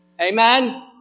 Amen